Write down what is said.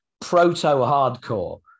proto-hardcore